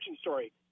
story